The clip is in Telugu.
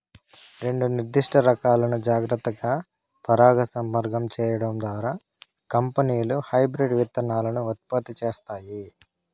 రెండు నిర్దిష్ట రకాలను జాగ్రత్తగా పరాగసంపర్కం చేయడం ద్వారా కంపెనీలు హైబ్రిడ్ విత్తనాలను ఉత్పత్తి చేస్తాయి